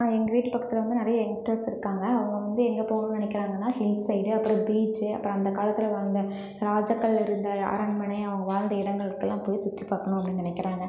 எங்கள் வீட்டு பக்கத்தில் வந்து நிறையா எங்ஸ்டர்ஸ் இருக்காங்க அவங்க வந்து எங்கள் போவ நினைக்கிறாங்கன்னா ஹில்ஸ் சைடு அப்புறம் பீச்சு அப்புறம் அந்த காலத்தில் வாழ்ந்த ராஜாக்கள் இருந்த அரண்மனை அவங்க வாழ்ந்த இடங்களுக்குலாம் போய் சுற்றி பார்க்கணும் அப்படின்னு நினைக்கிறாங்க